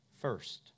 first